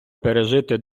пережити